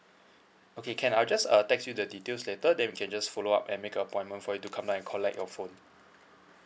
okay can I just a text you the details later then we can just follow up and make a appointment for you to come and collect your phone